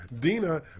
Dina